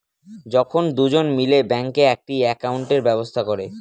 যখন দুজন মিলে ব্যাঙ্কে একটি একাউন্টের ব্যবস্থা করে